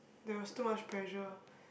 there was too much pressure